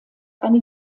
eine